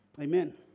Amen